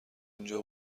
اونجا